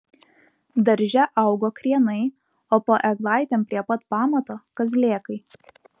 darže augo krienai o po eglaitėm prie pat pamato kazlėkai